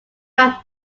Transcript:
have